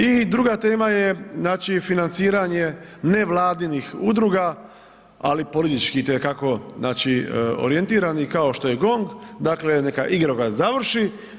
I druga tema je znači financiranje nevladinih udruga ali političkih itekako orijentiranih kao što je GONG, dakle neka igrokaz završi.